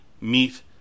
meet